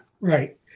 Right